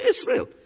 Israel